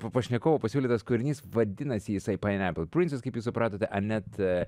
p pašnekovo pasiūlytas kūrinys vadinasi jisai pineapple princess kaip jūs supratote annette